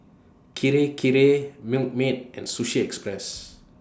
Kirei Kirei Milkmaid and Sushi Express